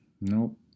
Nope